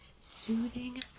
Soothing